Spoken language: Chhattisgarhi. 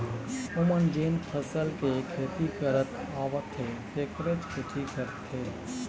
ओमन जेन फसल के खेती करत आवत हे तेखरेच खेती करथे